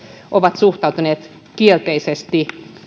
ovat suhtautuneet kielteisesti